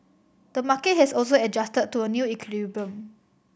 the market has also adjusted to a new equilibrium